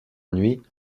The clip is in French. nuit